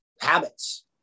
habits